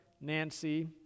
Nancy